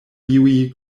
iuj